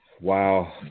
Wow